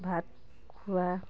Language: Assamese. ভাত খোৱা